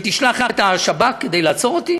היא תשלח את השב"כ כדי לעצור אותי.